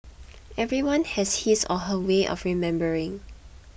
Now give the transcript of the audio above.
everyone has his or her way of remembering